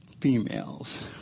females